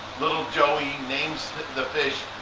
little joey names the fish,